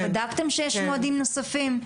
בדקתם שיש מועדים נוספים?